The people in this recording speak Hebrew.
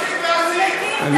(חבר הכנסת אילן גילאון יוצא מאולם המליאה.) תגיד לו שיפסיק להסית.